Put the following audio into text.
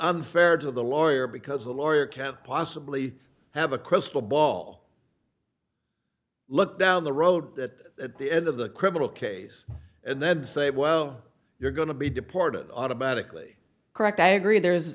unfair to the lawyer because a lawyer can't possibly have a crystal ball look down the road that at the end of the criminal case and then say well you're going to be deported automatically correct i agree there